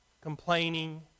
complaining